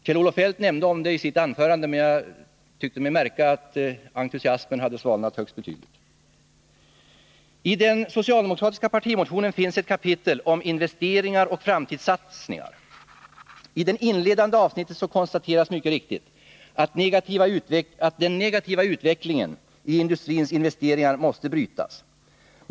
Kjell-Olof Feldt nämnde förslaget i sitt anförande, men jag tyckte mig märka att entusiasmen hade svalnat högst betydligt. I den socialdemokratiska partimotionen finns ett kapitel om investeringar och framtidssatsningar. I det inledande avsnittet konstateras mycket riktigt att den negativa utvecklingen i industrins investeringar måste brytas.